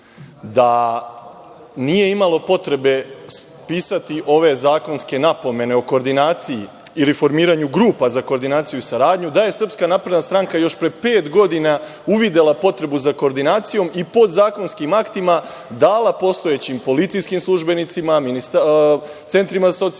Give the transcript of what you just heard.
da nije imalo potrebe pisati ove zakonske napomene o koordinaciji ili formiranju grupa za koordinaciju i saradnju, da je SNS još pre pet godina uvidela potrebu za koordinacijom i podzakonskim aktima dala postojećim policijskim službenicima, centrima za socijalni rad,